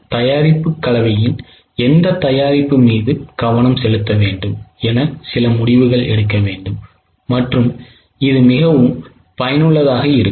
தயாரிப்பு கலவையின் எந்த தயாரிப்பு மீது கவனம் செலுத்த வேண்டும் என சில முடிவுகள் எடுக்க வேண்டும் மற்றும் இது மிகவும் பயனுள்ளதாக இருக்கும்